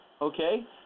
okay